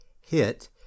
hit